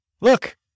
Look